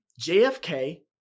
JFK